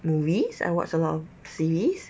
movies I watch a lot of series